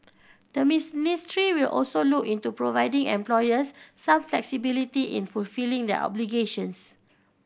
the miss will also look into providing employers some flexibility in fulfilling their obligations